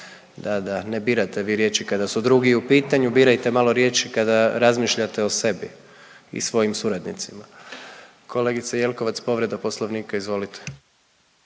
Da, da, ne birate vi riječi kada su drugi u pitanju, birajte malo riječi kada razmišljate o sebi i svojim suradnicima. Kolegice Jelkovac, povreda Poslovnika, izvolite.